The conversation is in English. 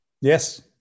Yes